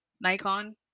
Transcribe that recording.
Nikon